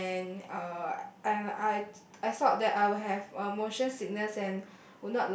and uh I I I thought that I would have uh motion sickness and